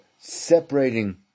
separating